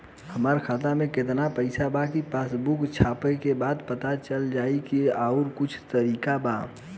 हमरा खाता में केतना पइसा बा पासबुक छपला के बाद पता चल जाई कि आउर कुछ तरिका बा?